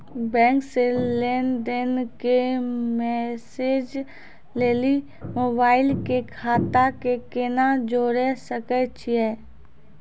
Bank से लेंन देंन के मैसेज लेली मोबाइल के खाता के केना जोड़े सकय छियै?